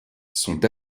sont